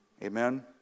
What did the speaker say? Amen